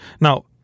Now